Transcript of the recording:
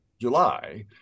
July